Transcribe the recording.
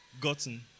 gotten